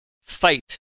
fight